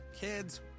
kids